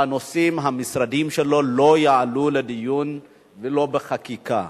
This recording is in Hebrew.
נושאי המשרד שלו לא יעלו לדיון ולא לחקיקה.